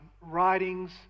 writings